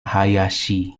hayashi